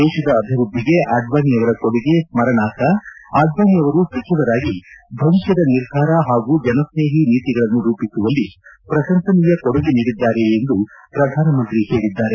ದೇಶದ ಅಭಿವೃದ್ದಿಗೆ ಅಡ್ವಾಣಿ ಅವರ ಕೊಡುಗೆ ಸ್ನರಣಾರ್ಹ ಅಡ್ವಾಣಿ ಅವರು ಸಚಿವರಾಗಿ ಭವಿಷ್ಯದ ನಿರ್ಧಾರ ಹಾಗೂ ಜನಸ್ನೇಹಿ ನೀತಿಗಳನ್ನು ರೂಪಿಸುವಲ್ಲಿ ಪ್ರಶಂಸನೀಯ ಕೊಡುಗೆ ನೀಡಿದ್ದಾರೆ ಎಂದು ಪ್ರಧಾನಮಂತ್ರಿ ಹೇಳಿದ್ದಾರೆ